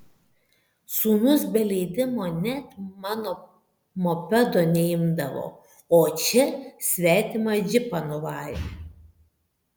sūnus be leidimo net mano mopedo neimdavo o čia svetimą džipą nuvarė